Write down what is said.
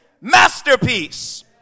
masterpiece